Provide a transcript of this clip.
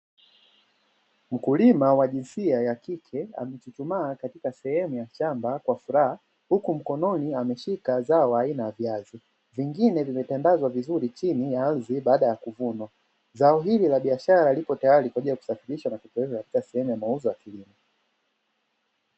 Mkulima wa jinsia ya kike amechuchumaa katika sehemu ya shamba kwa furaha, huku mkononi ameshika zao aina ya viazi, vingine vimetandazwa vizuri chini ya ardhi baada ya kuvunwa. Zao hili la biashara lipotayari kwa ajili ya kusafirishwa na kupelekwa sehemu ya mauzo ya kilimo.